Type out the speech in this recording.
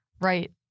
right